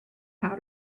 how